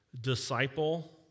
disciple